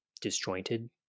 disjointed